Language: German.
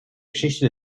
geschichte